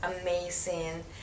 amazing